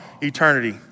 eternity